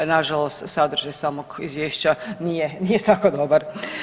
Na žalost sadržaj samog izvješća nije tako dobar.